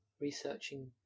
researching